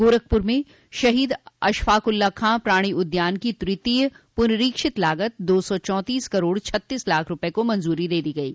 गोरखपुर में शहीद अशफाक उल्ला खां प्राणि उद्यान की तृतीय पुनरीक्षित लागत दो सौ चौतीस करोड़ छत्तीस लाख रूपये को मंजूरी दे दी गयी